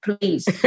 please